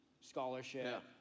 scholarship